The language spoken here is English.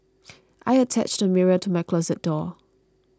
I attached a mirror to my closet door